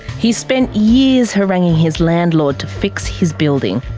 he's spent years haranguing his landlord to fix his building.